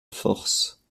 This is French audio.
force